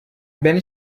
ben